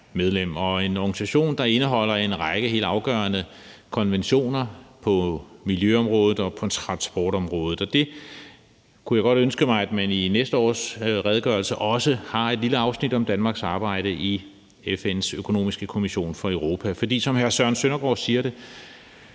er en organisation, der indeholder en række helt afgørende konventioner på miljøområdet og på transportområdet, og der kunne jeg godt ønske mig, at man i næste års redegørelse også har et lille afsnit om Danmarks arbejde i FN's Økonomiske Kommission for Europa med. For det er jo, som hr. Søren Søndergaard også siger det,